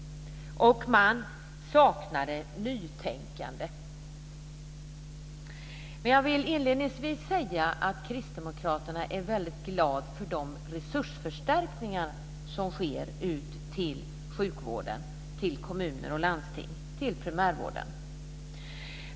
Man saknar nytänkande. Jag vill inledningsvis säga att Kristdemokraterna är väldigt glada för de resursförstärkningar som sker ut till sjukvården, till kommuner och landsting, till primärvården.